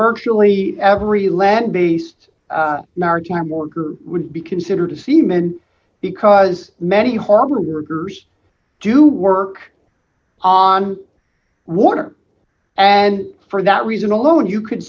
virtually every land based maritime worker would be considered a seaman because many harbor workers do work on water and for that reason alone you c